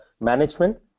management